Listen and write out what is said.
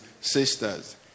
sisters